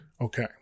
Okay